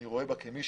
אני רואה בה כמי,